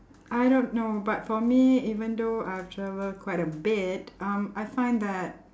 I don't know but for me even though I've travel quite a bit um I find that